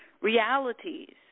realities